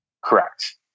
Correct